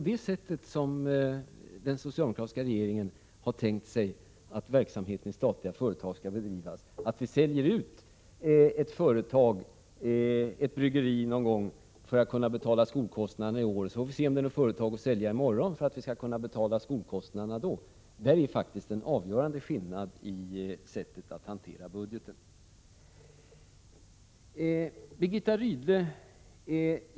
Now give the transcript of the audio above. Den socialdemokratiska regeringen har faktiskt inte tänkt sig att statliga företags verksamhet skall bedrivas så att man säljer ut ett företag eller ett bryggeri då och då för att betala skolkostnaderna. I så fall får vi sälja ett företag i morgon för att vi skall kunna betala skolkostnaderna då. Det är faktiskt en avgörande skillnad i sättet att hantera budgeten.